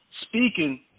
speaking